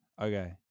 Okay